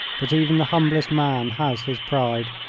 but even the humblest man has his pride,